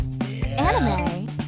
anime